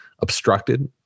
obstructed